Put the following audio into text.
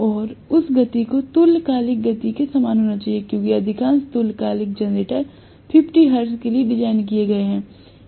और उस गति को तुल्यकालिक गति के समान होना चाहिए क्योंकि अधिकांश तुल्यकालिक जनरेटर 50 हर्ट्ज के लिए डिज़ाइन किए गए हैं